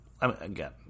again